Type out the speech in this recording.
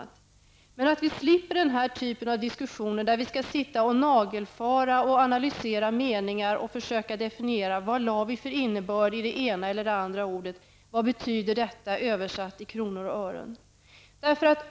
Det är bra om vi slipper den här typen av diskussioner, där vi skall sitta och nagelfara och analysera meningar och försöka definiera vad vi lade för innebörd i det ena eller det andra ordet och vad detta betyder översatt i kronor och ören.